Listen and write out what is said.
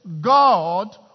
God